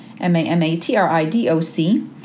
M-A-M-A-T-R-I-D-O-C